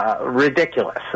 Ridiculous